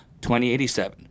2087